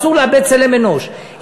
אסור לאבד צלם אנוש,